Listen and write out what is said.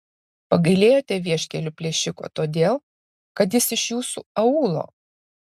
pagailėjote vieškelių plėšiko todėl kad jis iš jūsų aūlo